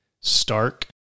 stark